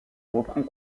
reprend